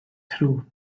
through